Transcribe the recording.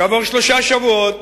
כעבור שלושה שבועות,